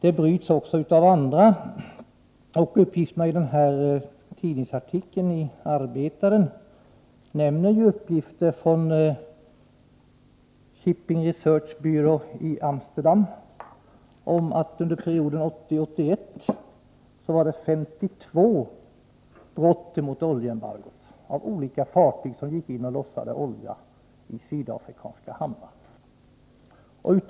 I artikeln i tidningen Arbetaren förs fram uppgifter från Shipping Research Bureau i Amsterdam om att 52 olika fartyg bröt mot oljeembargot under perioden 1980-1981 och lossade olja i sydafrikanska hamnar.